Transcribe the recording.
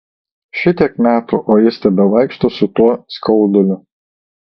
šitiek metų o jis tebevaikšto su tuo skauduliu